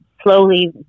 slowly